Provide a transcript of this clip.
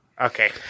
Okay